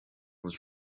was